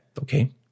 Okay